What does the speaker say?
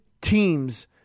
teams